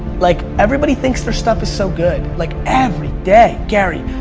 like everybody thinks they're stuff is so good. like every day gary,